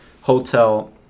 hotel